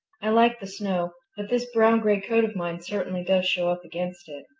i like the snow, but this brown-gray coat of mine certainly does show up against it.